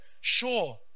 Sure